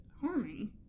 harming